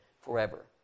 forever